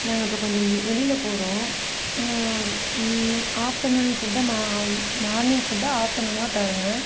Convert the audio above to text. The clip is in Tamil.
நாங்கள் இப்போ கொஞ்சம் வெளியில் போகிறோம் ஆஃப்டர்நூன் ஃபுட்டை மார்னிங் ஃபுட்டை ஆஃப்டர்நூனுவா தாங்க